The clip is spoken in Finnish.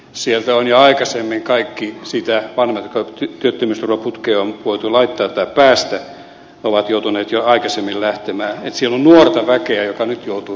sieltä kaikki sitä vanhemmat jotka työttömyysturvaputkeen on voitu laittaa tai päästää ovat joutuneet jo aikaisemmin lähtemään joten siellä on nuorta väkeä joka nyt joutuu työttömäksi